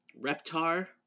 Reptar